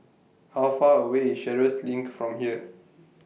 How Far away IS Sheares LINK from here